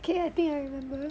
okay I think I remember